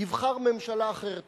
יבחר ממשלה אחרת תחתיה.